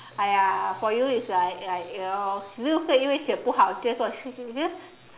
!aiya! for you it's like like you know